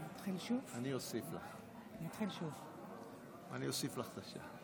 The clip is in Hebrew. אני אקריא שניים מהם.